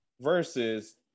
versus